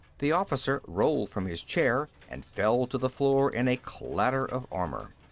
the officer rolled from his chair and fell to the floor in a clatter of armor.